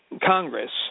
Congress